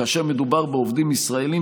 כאשר מדובר בעובדים ישראלים,